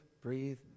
breathe